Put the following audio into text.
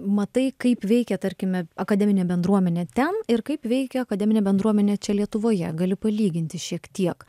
matai kaip veikia tarkime akademinė bendruomenė ten ir kaip veikia akademinė bendruomenė čia lietuvoje gali palyginti šiek tiek